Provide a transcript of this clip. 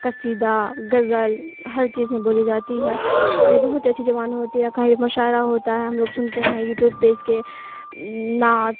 کسیدہ غزل ہر چیز میں بولی جاتی ہے اور یہ بہت ہی اچھی زبان ہوتی ہے کہیں مشاعرہ ہوتا ہے ہم لوگ سنتے ہیں یوٹیوب پہ اس کے نعت